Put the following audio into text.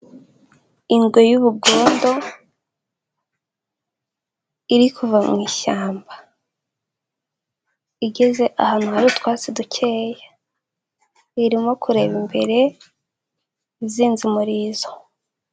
Ingwe'ubugondo iri kuva mu ishyamba igeze ahantu hari utwatsi dukeya, irimo kureba imbere izinze umurizo.